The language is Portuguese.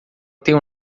tenho